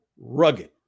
rugged